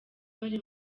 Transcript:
bari